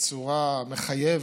בצורה מחייבת,